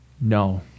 No